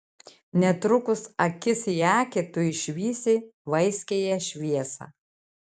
netrukus akis į akį tu išvysi vaiskiąją šviesą